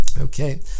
okay